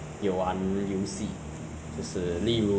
想玩什么就玩什么 lor it's like 没有 fixed plan 的